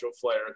Flair